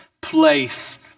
place